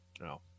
No